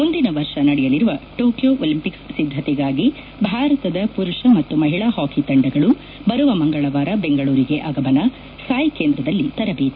ಮುಂದಿನ ವರ್ಷ ನಡೆಯಲಿರುವ ಟೊಕಿಯೋ ಒಲಿಂಪಿಕ್ಸ್ ಸಿದ್ದತೆಗಾಗಿ ಭಾರತದ ಪುರುಷ ಮತ್ತು ಮಹಿಳಾ ಹಾಕಿ ತಂಡಗಳು ಬರುವ ಮಂಗಳವಾರ ಬೆಂಗಳೂರಿಗೆ ಆಗಮನ ಸಾಯ್ ಕೇಂದ್ರದಲ್ಲಿ ತರಬೇತಿ